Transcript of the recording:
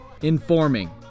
Informing